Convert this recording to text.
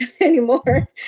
anymore